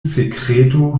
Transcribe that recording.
sekreto